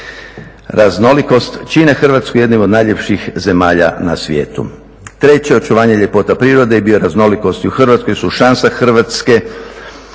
bioraznolikost čine Hrvatsku jednom od najljepših zemalja na svijetu. Treće, očuvanje ljepota prirode i bioraznolikosti u Hrvatskoj su šansa Hrvatske